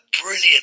brilliant